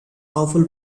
awful